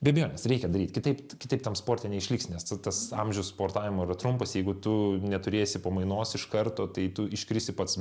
be abejonės reikia daryt kitaip kitaip tam sporte neišliksi nes ta tas amžius sportavimo yra trumpas jeigu tu neturėsi pamainos iš karto tai tu iškrisi pats